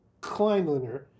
Kleinliner